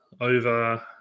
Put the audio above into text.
over